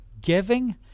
giving